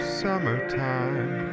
summertime